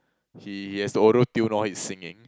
he has to auto tune all his singing